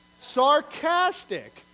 Sarcastic